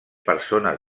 persones